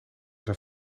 zijn